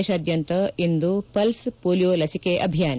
ದೇಶಾದ್ಯಂತ ಇಂದು ಪಲ್ಪ್ಪೋಲಿಯೊ ಲಸಿಕೆ ಅಭಿಯಾನ